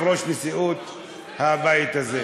אבל השר עונה במשותף על שתי ההצעות,